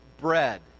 bread